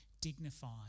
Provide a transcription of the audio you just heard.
dignified